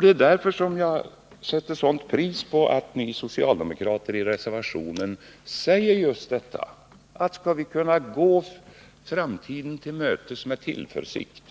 Det är därför som jag sätter sådant pris på att ni socialdemokrater i reservationen säger just detta: skall vi kunna gå framtiden till mötes med tillförsikt,